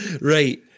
Right